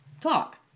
Talk